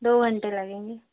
दो घंटे लगेंगे